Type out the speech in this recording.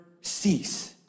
cease